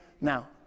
Now